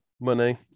money